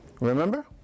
Remember